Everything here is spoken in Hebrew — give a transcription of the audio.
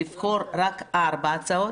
לבחור רק ארבע הצעות,